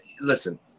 Listen